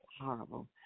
Horrible